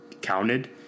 counted